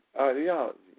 ideology